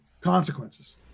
consequences